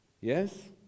Yes